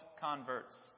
converts